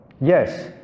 Yes